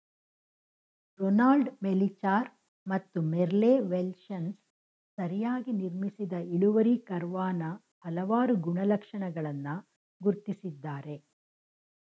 Ronald Melichar ಮತ್ತು Merle Welshans ಸರಿಯಾಗಿ ನಿರ್ಮಿಸಿದ ಇಳುವರಿ ಕರ್ವಾನ ಹಲವಾರು ಗುಣಲಕ್ಷಣಗಳನ್ನ ಗುರ್ತಿಸಿದ್ದಾರೆ